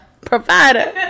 provider